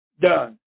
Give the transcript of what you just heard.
done